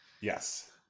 Yes